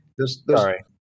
Sorry